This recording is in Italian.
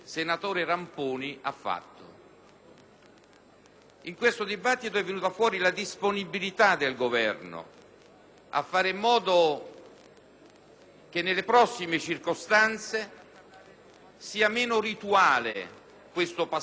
di questo dibattito è emersa la disponibilità del Governo a fare in modo che nelle prossime circostanze sia meno rituale questo passaggio alle Camere